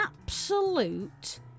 absolute